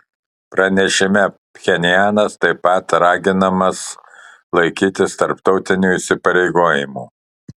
pranešime pchenjanas taip pat raginamas laikytis tarptautinių įsipareigojimų